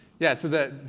yeah so that,